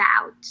out